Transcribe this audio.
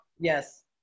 Yes